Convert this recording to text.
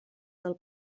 del